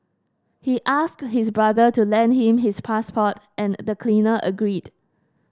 he asked his brother to lend him his passport and the cleaner agreed